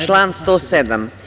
Član 107.